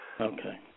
Okay